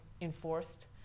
enforced